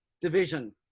division